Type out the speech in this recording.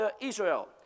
Israel